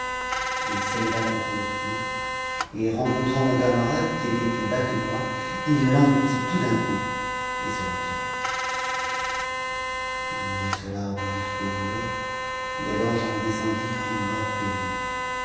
il t a contre le tronc et rencontrant mon camarade qui était plus bas que moi il l'engloutit tout d'un coup et se retira je demeurai sur l'arbre jusqu'au jour et alors j'en descendis n mort que vif